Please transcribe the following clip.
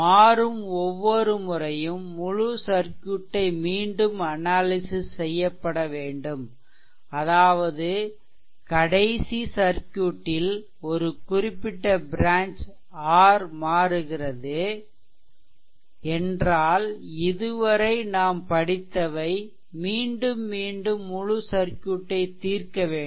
மாறும் ஒவ்வொரு முறையும் முழு சர்க்யூட்டை மீண்டும் அனாலிசிஸ் செய்யப்பட வேண்டும் அதாவது கடைசி சர்க்யூட்டில் ஒரு குறிப்பிட்ட ப்ரான்ச் ல் R மாறுகிறது என்றால் இதுவரை நாம் படித்தவை மீண்டும் மீண்டும் முழு சர்க்யூட்டை தீர்க்க வேண்டும்